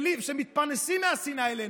שמתפרנסים מהשנאה אלינו.